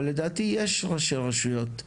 אבל לדעתי יש ראשי רשויות,